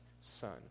son